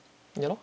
ya lor